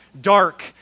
dark